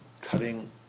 cutting